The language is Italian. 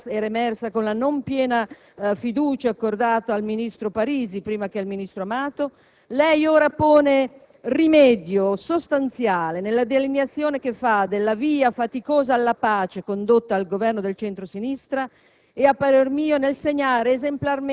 A questa crisi politica che già era emersa con la non piena fiducia accordata al ministro Parisi, prima che al ministro Amato, lei ora pone rimedio sostanziale delineando la via faticosa alla pace seguita dal Governo di centro-sinistra